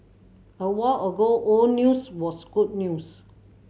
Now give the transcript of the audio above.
a while ago all news was good news